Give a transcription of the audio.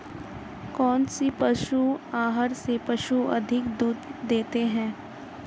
कौनसे पशु आहार से पशु अधिक दूध देते हैं?